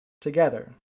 together